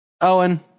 Owen